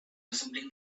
assembling